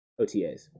OTAs